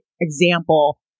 example